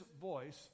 voice